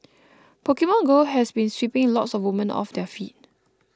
Pokemon Go has been sweeping lots of women off their feet